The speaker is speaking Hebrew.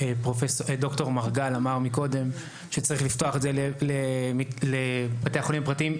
ד"ר מרגל אמר קודם שצריך לפתוח את זה לבתי חולים פרטיים.